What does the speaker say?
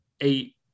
eight